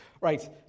right